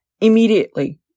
immediately